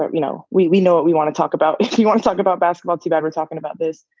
but you know, we we know what we want to talk about. if you want to talk about basketball, too bad. we're talkin' about this.